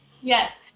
Yes